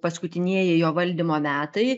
paskutinieji jo valdymo metai